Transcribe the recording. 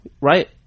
right